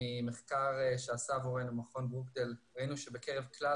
ממחקר שעשה עבורנו מכון ברוקדייל ראינו שבקרב כלל